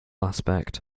aspect